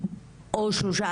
או שלושה,